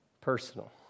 personal